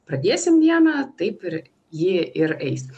pradėsim dieną taip ir ji ir eis